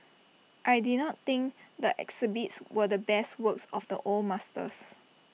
I did not think the exhibits were the best works of the old masters